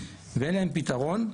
ואין להם פתרון,